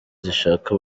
zishaka